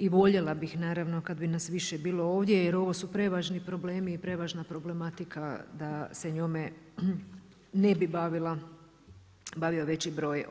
I voljela bih kada bi nas više bilo ovdje jer ovo su prevažni problemi i prevažna problematika da se njome ne bi bavio veći broj